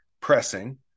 pressing